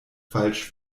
falsch